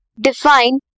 Define